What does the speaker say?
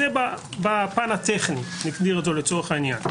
זה בפן הטכני, נגדיר אותו לצורך העניין.